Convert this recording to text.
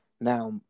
Now